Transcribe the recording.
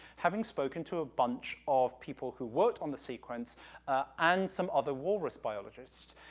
having spoken to a bunch of people who worked on the sequence and some other walerous biologists,